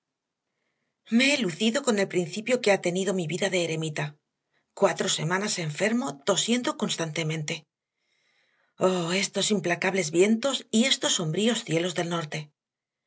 me he lucido con el principio que ha tenido mi vida de eremita cuatro semanas enfermo tosiendo constantemente oh estos implacables vientos y estos sombríos cielos del norte